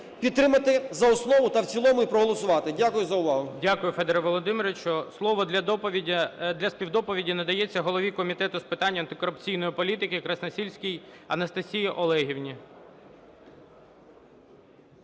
підтримати за основу та в цілому і проголосувати. Дякую за увагу.